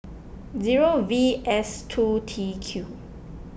zero V S two T Q